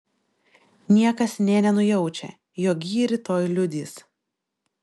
niekas nė nenujaučia jog ji rytoj liudys